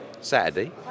Saturday